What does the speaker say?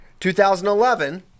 2011